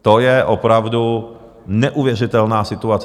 To je opravdu neuvěřitelná situace.